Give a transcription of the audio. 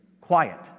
Quiet